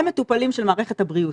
הם מטופלים של מערכת הבריאות,